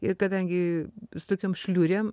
ir kadangi su tokiom šliurėm